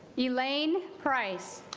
elaine price